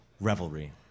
revelry